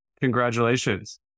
Congratulations